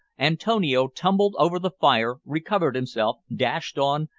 antonio tumbled over the fire, recovered himself, dashed on,